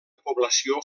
població